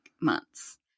months